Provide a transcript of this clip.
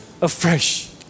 afresh